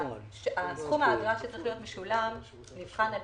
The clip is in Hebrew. סכום האגרה שצריך להיות משולם נקבע על